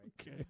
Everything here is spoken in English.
Okay